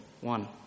one